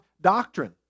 doctrine